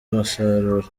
umusaruro